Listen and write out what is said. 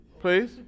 please